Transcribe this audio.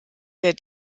der